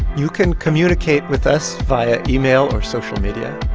you can communicate with us via email or social media.